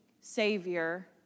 Savior